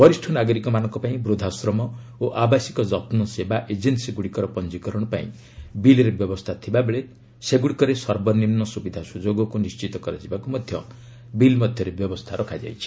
ବରିଷ୍ଣ ନାଗରିକମାନଙ୍କ ପାଇଁ ବୃଦ୍ଧାଶ୍ରମ ଓ ଆବାସିକ ଯତ୍ନ ସେବା ଏଜେନ୍ସୀଗୁଡ଼ିକର ପଞ୍ଜୀକରଣ ଲାଗି ବିଲ୍ରେ ବ୍ୟବସ୍ଥା ଥିବା ବେଳେ ସେଗୁଡ଼ିକରେ ସର୍ବନିମ୍ବ ସ୍ରବିଧା ସ୍ରଯୋଗକୁ ନିର୍ଣ୍ଣିତ କରାଯିବାକୁ ମଧ୍ୟ ବିଲ୍ ମଧ୍ୟରେ ବ୍ୟବସ୍ଥା କରାଯାଇଛି